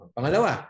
Pangalawa